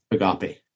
Agape